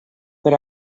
per